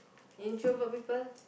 introvert people